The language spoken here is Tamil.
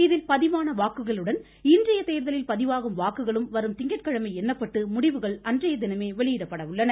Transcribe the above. இதில் பதிவான வாக்குகளுடன் இன்றைய தேர்தலில் பதிவாகும் வாக்குகளும் வரும் திங்கட்கிழமை எண்ணப்பட்டு முடிவுகள் அன்றையதினமே வெளியிடப்பட உள்ளன